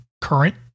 current